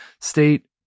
state